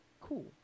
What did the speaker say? Cool